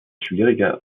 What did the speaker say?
schwierige